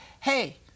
Hey